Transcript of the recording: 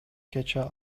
кача